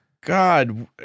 God